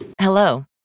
Hello